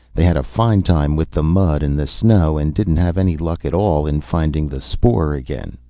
they had a fine time with the mud and the snow and didn't have any luck at all in finding the spoor again.